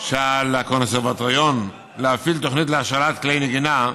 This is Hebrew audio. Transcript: שעל הקונסרבטוריון להפעיל תוכנית להשאלת כלי נגינה,